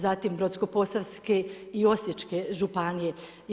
Zatim, Brodsko-posavske i Osječke županije.